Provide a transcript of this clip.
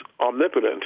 omnipotent